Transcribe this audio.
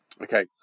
Okay